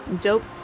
dope